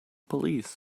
police